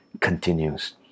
continues